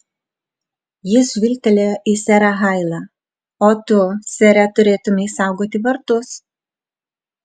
jis žvilgtelėjo į serą hailą o tu sere turėtumei saugoti vartus